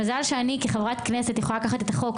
מזל שאני כחברת כנסת יכולה לקחת את החוק,